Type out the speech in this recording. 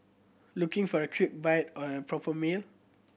looking for a quick bite or a proper meal